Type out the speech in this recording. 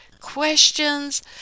questions